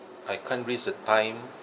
I can't risk a time